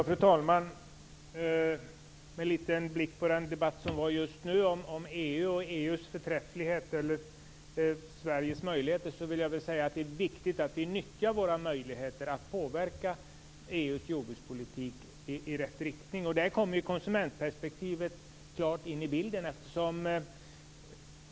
Fru talman! När det gäller den nyss förda debatten om EU och EU:s förträfflighet och Sveriges möjligheter är det viktigt att vi nyttjar våra möjligheter att påverka EU:s jordbrukspolitik i rätt riktning. Där kommer konsumentperspektivet in i bilden.